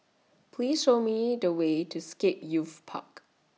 Please Show Me The Way to Scape Youth Park